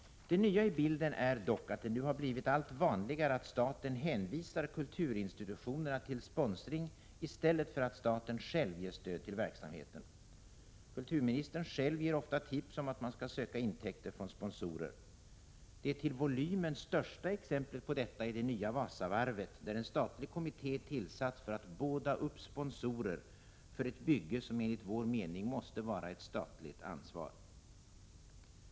Det nya i bilden är dock att det nu blivit allt vanligare att staten hänvisar kulturinstitutionerna till sponsring i stället för att staten själv ger stöd till verksamheten. Kulturministern själv ger ofta tips om att man skall söka intäkter från sponsorer. Det till volymen största exemplet på detta är det nya Wasavarvet där en statlig kommitté tillsatts för att båda upp sponsorer för ett bygge som enligt vår mening måste vara ett statligt ansvar.